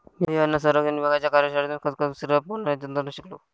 मी अन्न संरक्षण विभागाच्या कार्यशाळेतून खसखस सिरप बनवण्याचे तंत्र शिकलो